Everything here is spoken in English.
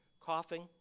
coughing